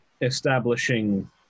establishing